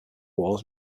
wars